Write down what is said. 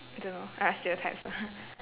don't know ah stereotypes lah ha